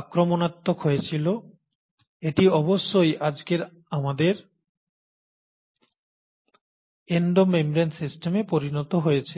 আক্রমণাত্মক হয়েছিল এটি অবশ্যই আজকে আমাদের এন্ডো মেমব্রেন সিস্টেমে পরিণত হয়েছে